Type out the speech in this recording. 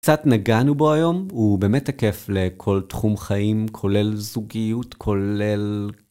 קצת נגענו בו היום, הוא באמת תקף לכל תחום חיים, כולל זוגיות, כולל...